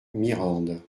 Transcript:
mirande